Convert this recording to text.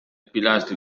pilastri